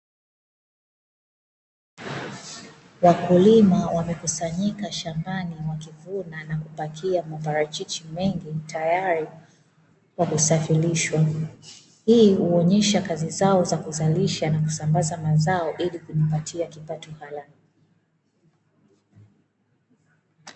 Wakulima wamekusanyika shambani wakivuna na kupakia maparachichi mengi, tayari kwa kusafirishwa. Hii huonyesha kazi zao za kuzalisha na kusambaza mazao ili kuwapatia kipato halali.